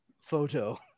photo